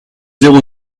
zéro